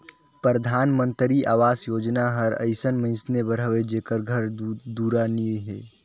परधानमंतरी अवास योजना हर अइसन मइनसे बर हवे जेकर घर दुरा नी हे